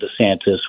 DeSantis